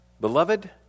Beloved